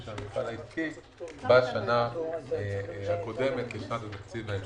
של המפעל העסקי בשנה הקודמת לשנת התקציב ההמשכי.